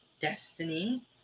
Destiny